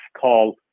call